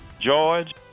George